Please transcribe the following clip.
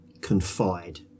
confide